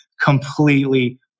completely